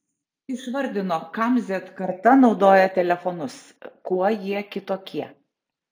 išvardino kam z karta naudoja telefonus kuo jie kitokie